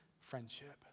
friendship